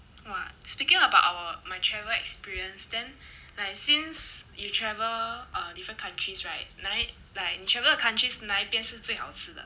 !wah! speaking about our my travel experience then like since you travel um different countries right 那 like 你 travel 的 countries 那一边是最好吃的